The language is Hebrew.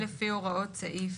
אפשר להתייחס?